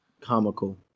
comical